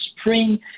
spring